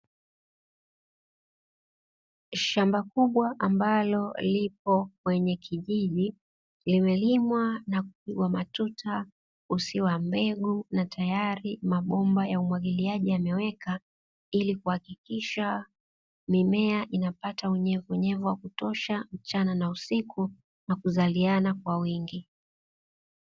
Shamba kubwa ambalo lipo kwenye kijiji, limelimwa na kupigwa matuta usawa wa mbegu na tayari mabomba ya umwagiliaji yamewekwa ili kuhakikisha mimea inapata unyevunyevu wa kutosha mchana na usiku na kuzaliana kwa wingi.